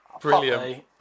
Brilliant